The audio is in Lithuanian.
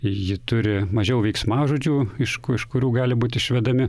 ji turi mažiau veiksmažodžių iš iš kurių gali būti išvedami